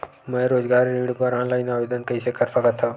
मैं रोजगार ऋण बर ऑनलाइन आवेदन कइसे कर सकथव?